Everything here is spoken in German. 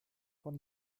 von